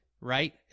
right